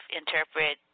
interpret